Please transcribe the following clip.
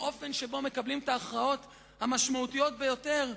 האופן שבו מקבלים את ההכרעות המשמעותיות ביותר,